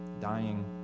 dying